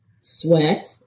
sweat